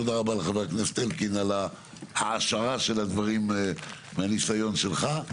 תודה רבה לחבר הכנסת אלקין על ההעשרה של הדברים מהניסיון שלך,